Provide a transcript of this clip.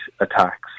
attacks